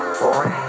boy